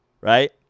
right